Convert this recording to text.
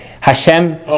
Hashem